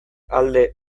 alde